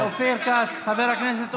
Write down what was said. אופיר כץ, חבר הכנסת אופיר.